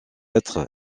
être